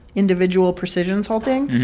individual precision salting.